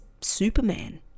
Superman